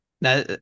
Now